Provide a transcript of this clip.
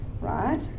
right